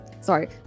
sorry